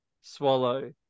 swallow